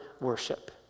worship